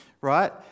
right